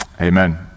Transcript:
amen